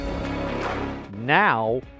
Now